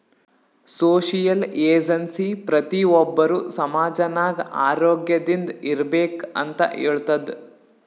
social agency ಪ್ರತಿ ಒಬ್ಬರು ಸಮಾಜ ನಾಗ್ ಆರೋಗ್ಯದಿಂದ್ ಇರ್ಬೇಕ ಅಂತ್ ಹೇಳ್ತುದ್